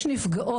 יש נפגעות,